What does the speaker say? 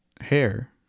hair